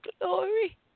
glory